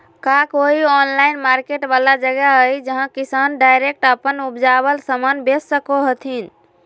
का कोई online market वाला जगह हइ जहां किसान डायरेक्ट अप्पन उपजावल समान बेच सको हथीन?